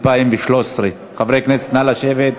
התשע"ג 2013. חברי הכנסת, נא לשבת.